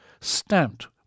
stamped